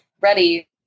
ready